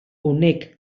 honek